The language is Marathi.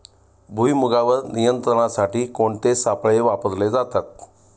भुईमुगावर नियंत्रणासाठी कोणते सापळे वापरले जातात?